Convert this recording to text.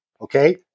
okay